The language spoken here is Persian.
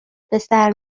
پسر